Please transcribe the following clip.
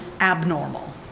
abnormal